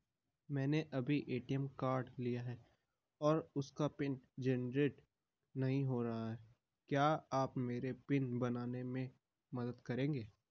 मैंने अभी ATM card लिया है और उसका पिन जेनरेट नहीं हो रहा है क्या आप मेरा पिन बनाने में मदद करेंगे?